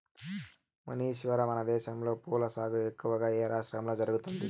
మునీశ్వర, మనదేశంలో పూల సాగు ఎక్కువగా ఏ రాష్ట్రంలో జరుగుతుంది